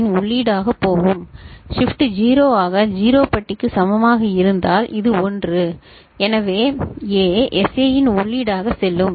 இன் உள்ளீடாக போகும் ஷிப்ட் 0 ஆக 0 பட்டிக்கு சமமாக இருந்தால் இது 1 எனவே ஏ SA இன் உள்ளீடாக செல்லும்